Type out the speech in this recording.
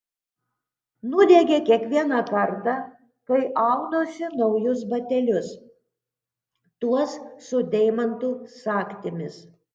nudiegia kiekvieną kartą kai aunuosi naujus batelius tuos su deimantų sagtimis